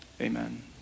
amen